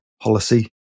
policy